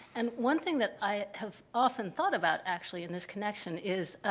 and one thing that i have often thought about actually in this connection is,